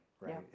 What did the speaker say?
right